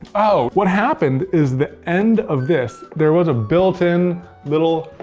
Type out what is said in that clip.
oh, what happened is, the end of this, there was a built-in little.